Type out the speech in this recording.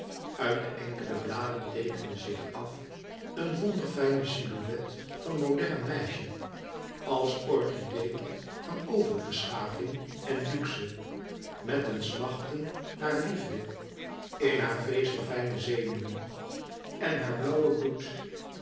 uit de enkele bladen teekende zich af een wonderfijne silhouet van modern meisje als orchidee van overbeschaving en luxe met een smachten naar liefde in haar vezelfijne zenuwen en haar louis couperus metamorfoze blauwe bloed